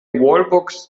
wallbox